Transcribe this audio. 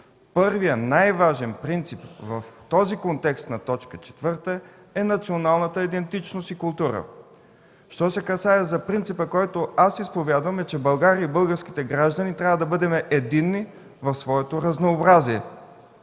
Първият и най-важен принцип в този контекст на т. 4 е националната идентичност и култура. Що се касае до принципа, който аз изповядвам, е България и българските граждани да бъдем единни в своето разнообразие.